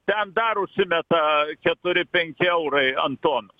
ten dar užsimeta keturi penki eurai ant tonos